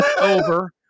Over